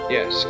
Yes